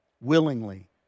willingly